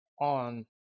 on